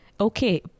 Okay